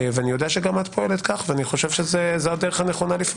אני יודע שגם את פועלת כך ואני חושב שזו הדרך הנכונה לפעול.